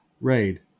raid